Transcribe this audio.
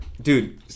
dude